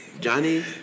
Johnny